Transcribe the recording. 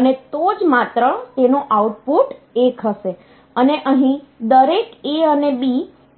અને તો જ માત્ર તેનો આઉટપુટ 1 હશે અને અહીં દરેક A અને B બંને 1 છે